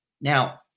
Now